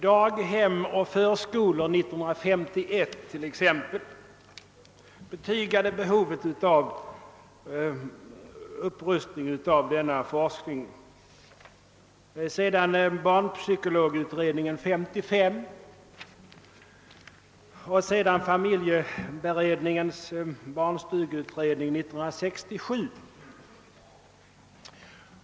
>»Daghem och förskolor« 1951 betygade behovet av upprustning av denna forskning, så gjorde även barnpsykologutredningen 1955 och familjeberedningens barnstugeutredning 1967.